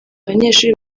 abanyeshuri